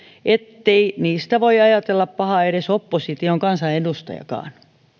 ettei niistä voi ajatella pahaa edes opposition kansanedustajakaan